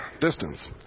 distance